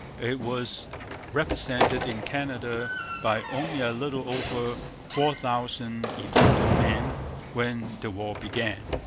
it was represented in canada by only a little over four thousand effective men when the war began.